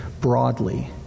broadly